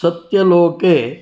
सत्यलोके